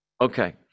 Okay